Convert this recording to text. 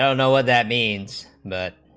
you know ah that means that